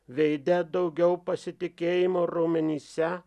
veide daugiau pasitikėjimo raumenyse